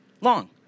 long